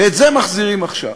ואת זה מחזירים עכשיו,